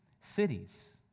cities